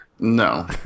No